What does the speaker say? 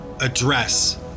address